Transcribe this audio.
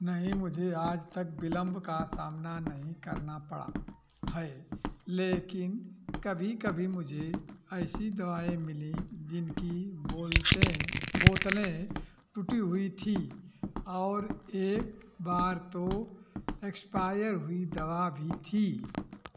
नहीं मुझे आज तक विलम्ब का सामना नहीं करना पड़ा है लेकिन कभी कभी मुझे ऐसी दवाएँ मिलीं जिनकी बोलतें बोतलें टूटी हुई थी और एक बार तो एक्सपायर हुई दवा भी थी